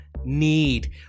need